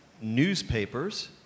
newspapers